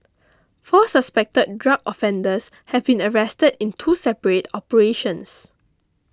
four suspected drug offenders have been arrested in two separate operations